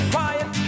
Quiet